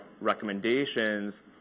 recommendations